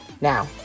Now